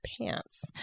pants